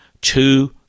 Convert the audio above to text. Two